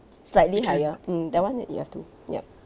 slightly higher mm that one it you have to yup